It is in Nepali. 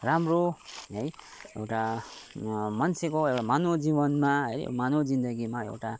राम्रो है एउटा मन्छेको एउटा मानव जीवनमा है मानव जिन्दगीमा एउटा